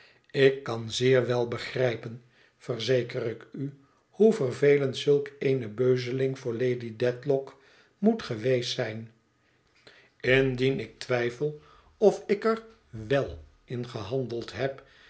ik kan zeer wel begrijpen verzeker ik u hoe vervelend zulk eene beuzeling voor lady dedlock moet geweest zijn indien ik twijfel of ik er wel in gehandeld heb